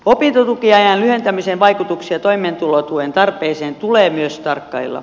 opintotukiajan lyhentämisen vaikutuksia toimeentulotuen tarpeeseen tulee myös tarkkailla